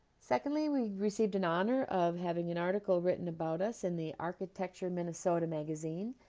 secondly, we received an honor of having an article written about us in the architecture minnesota magazine.